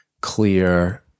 clear